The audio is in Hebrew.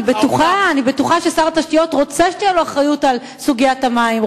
אני בטוחה ששר התשתיות רוצה שתהיה לו אחריות על סוגיית המים,